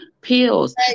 pills